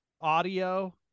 audio